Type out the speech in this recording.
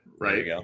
right